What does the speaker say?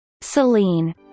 Celine